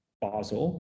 Basel